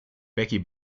becky